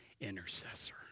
intercessor